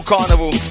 Carnival